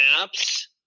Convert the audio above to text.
maps